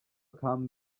kamen